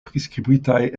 priskribitaj